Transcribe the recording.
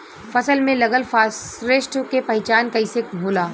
फसल में लगल फारेस्ट के पहचान कइसे होला?